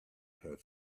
her